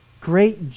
great